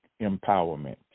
empowerment